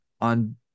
on